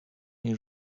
jej